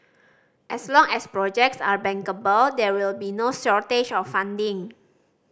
as long as projects are bankable there will be no shortage of funding